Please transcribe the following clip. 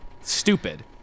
Stupid